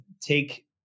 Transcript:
take